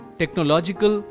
technological